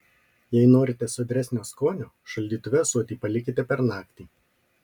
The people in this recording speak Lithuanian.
jei norite sodresnio skonio šaldytuve ąsotį palikite per naktį